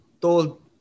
told